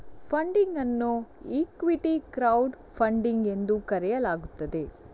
funding ಅನ್ನು equity crowd funding ಎಂದು ಕರೆಯಲಾಗುತ್ತದೆ